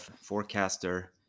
forecaster